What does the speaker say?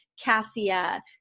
cassia